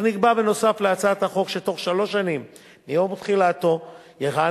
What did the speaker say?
אך נקבע בנוסף בהצעת החוק שבתוך שלוש שנים מיום תחילתו יכהנו